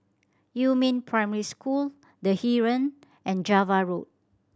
Yumin Primary School The Heeren and Java Road